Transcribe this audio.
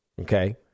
okay